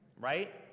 right